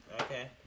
Okay